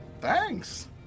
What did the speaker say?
Thanks